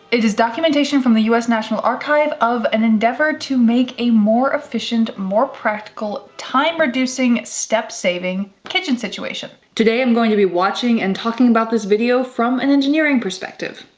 it is documentation from the us national archive of an endeavor to make a more efficient, more practical time reducing, step saving kitchen situation. today, i'm going to be watching and talking about this video from an engineering perspective,